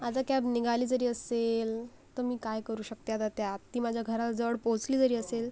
आता कॅब निघाली जरी असेल तर मी काय करू शकते आता त्यात ती माझ्या घराजवळ पोहचली जरी असेल